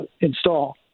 install